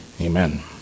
Amen